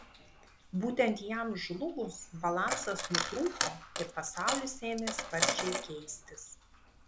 būtent jam žlugus balansas nutrūko ir pasaulis ėmė sparčiai keistis